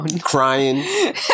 crying